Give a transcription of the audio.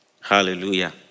Hallelujah